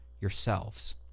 yourselves